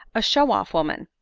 a showing-off woman,